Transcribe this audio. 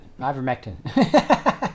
Ivermectin